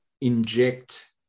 inject